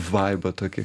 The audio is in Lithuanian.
vaibą tokį